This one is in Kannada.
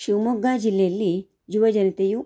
ಶಿವಮೊಗ್ಗ ಜಿಲ್ಲೆಯಲ್ಲಿ ಯುವ ಜನತೆಯು